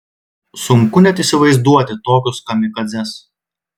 sunku net įsivaizduoti tokius kamikadzes